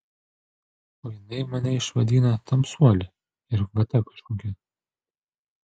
o jinai mane išvadino tamsuoliu ir vata kažkokia